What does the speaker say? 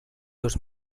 dos